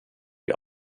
wir